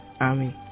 Amen